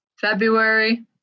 February